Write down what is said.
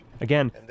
Again